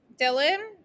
Dylan